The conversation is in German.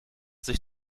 sich